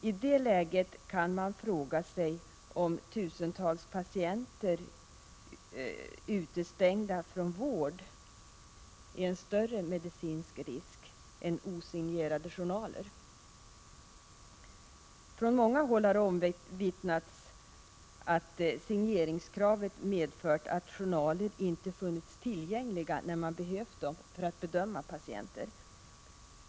I det läget kan man fråga sig om inte tusentals patienter utestängda från vård utgör en större medicinsk risk än osignerade journaler. Från många håll har det omvittnats att signeringskravet medfört att journaler inte funnits tillgängliga när man behövt dem för att bedöma patienter.